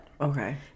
okay